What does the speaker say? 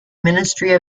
ministry